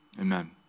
Amen